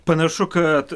panašu kad